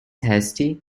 hasty